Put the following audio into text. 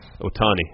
Otani